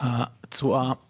התשואה לחוסך,